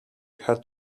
had